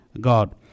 god